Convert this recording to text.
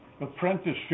apprenticeship